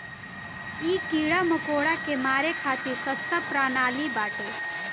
इ कीड़ा मकोड़ा के मारे खातिर सस्ता प्रणाली बाटे